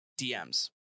dms